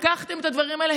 לקחתם את הדברים האלה,